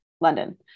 London